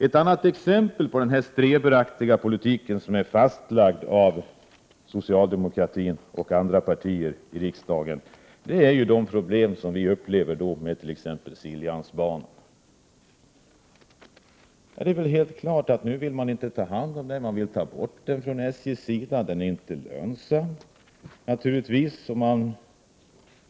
Ett annat utslag av den streberaktiga politik som är fastlagd av socialdemokraterna och andra partier i riksdagen är de problem vi upplever med t.ex. Siljansbanan. Det är helt klart att man inte vill ta hand om den från SJ:s sida. Man vill ta bort den. Den är inte lönsam.